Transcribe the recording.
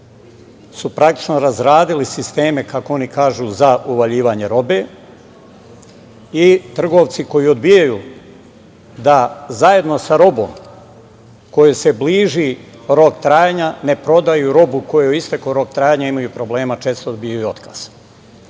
su praktično razradili sisteme, kako oni kažu, za uvaljivanje robe i trgovci koji odbijaju da zajedno sa robom kojoj se bliži rok trajanja ne prodaju robu kojoj je istakao rok trajanja i imaju često problema i dobijaju otkaz. Druga